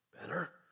better